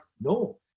no